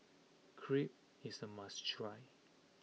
crepe is a must try